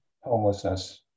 homelessness